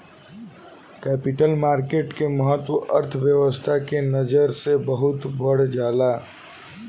capital market के महत्त्व अर्थव्यस्था के नजर से बहुत बढ़ जाला